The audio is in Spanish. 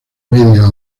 media